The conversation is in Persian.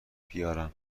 بیارم